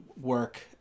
work